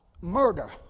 murder